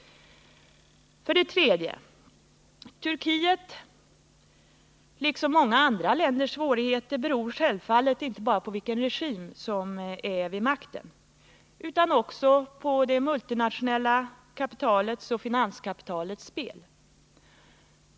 För det tredje: Turkiets svårigheter, liksom många andra länders, beror självfallet inte bara på vilken regim som sitter vid makten utan också på det multinationella kapitalets och finanskapitalets spel.